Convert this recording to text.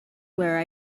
where